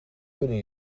kunnen